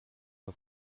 mal